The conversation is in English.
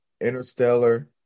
Interstellar